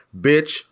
bitch